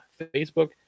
Facebook